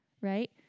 right